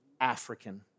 African